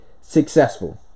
successful